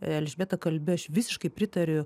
elžbieta kalbi aš visiškai pritariu